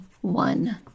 one